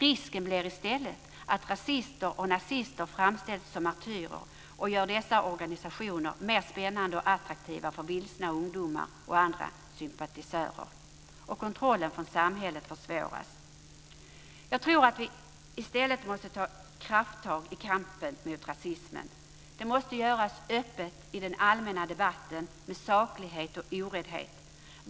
Risken finns i stället att rasister och nazister framställs som martyrer och att sådana organisationer görs mer spännande och attraktiva för vilsna ungdomar och andra sympatisörer. Dessutom försvåras kontrollen från samhället. Jag tror att vi i stället måste ta krafttag i kampen mot rasismen. Det måste göras öppet i den allmänna debatten, med saklighet och oräddhet.